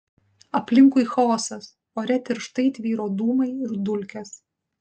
aplinkui chaosas ore tirštai tvyro dūmai ir dulkės